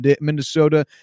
Minnesota